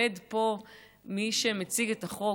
עומד פה מי שמציג את החוק,